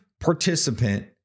participant